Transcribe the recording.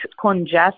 congestion